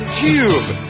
cube